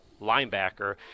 linebacker